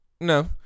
No